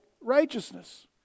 righteousness